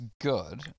good